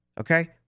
Okay